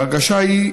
ההרגשה היא,